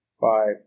five